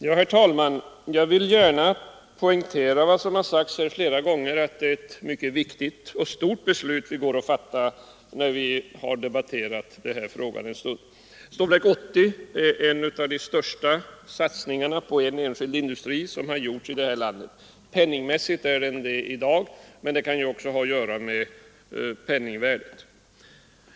Herr talman! Jag vill gärna poängtera vad som har sagts flera gånger i dag, att det är ett mycket viktigt och stort beslut vi går att fatta i den här frågan. Stålverk 80 är en av de största satsningar på en enskild industri som har gjorts i det här landet. Penningmässigt är den det i dag, men det kan ju också ha att göra med penningvärdet.